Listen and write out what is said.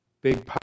big